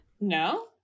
No